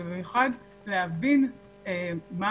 ובמיוחד להבין מה